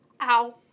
ow